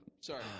sorry